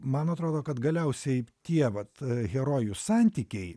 man atrodo kad galiausiai tie vat herojų santykiai